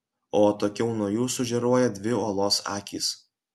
o atokiau nuo jų sužėruoja dvi uolos akys